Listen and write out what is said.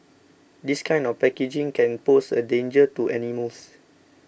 this kind of packaging can pose a danger to animals